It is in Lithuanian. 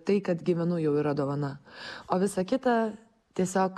tai kad gyvenu jau yra dovana o visa kita tiesiog